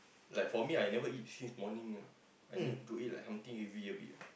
like for me I never eat since morning ah I need to eat like something heavy a bit ah